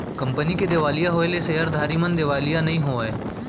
company के देवालिया होएले सेयरधारी मन देवालिया नइ होवय